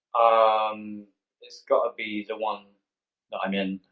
um. it's gotta be the one that i'm in.